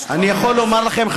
אני יכול לומר לכם,